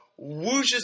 whooshes